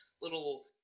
little